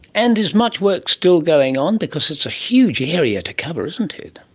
and is much work still going on? because it's a huge area to cover, isn't it.